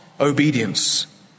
obedience